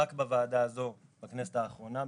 רק בוועדה הזאת בכנסת האחרונה,